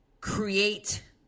create